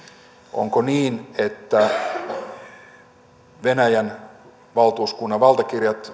onko niin että voidaan palauttaa venäjän valtuuskunnan valtakirjat